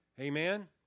Amen